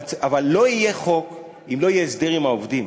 אבל לא יהיה חוק אם לא יהיה הסדר עם העובדים.